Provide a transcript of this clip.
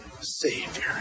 Savior